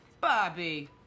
Bobby